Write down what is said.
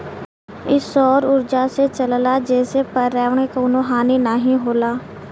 इ सौर उर्जा से चलला जेसे पर्यावरण के कउनो हानि नाही होला